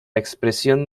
expresión